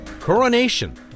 Coronation